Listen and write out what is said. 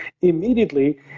immediately